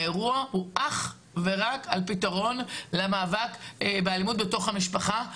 האירוע הוא אך ורק על פתרון למאבק באלימות בתוך המשפחה,